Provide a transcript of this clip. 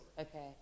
Okay